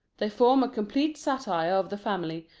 they form a complete satire of the family,